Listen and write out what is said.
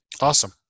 Awesome